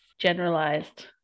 Generalized